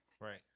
Right